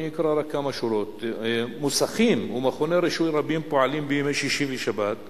אקרא רק כמה שורות: מוסכים ומכוני רישוי רבים פועלים בימי שישי ושבת,